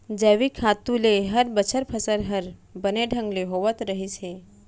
जैविक खातू ले हर बछर फसल हर बने ढंग ले होवत रहिस हे